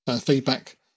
feedback